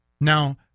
Now